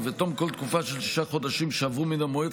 ובתום כל תקופה של שישה חודשים שעברו מן המועד,